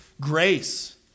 grace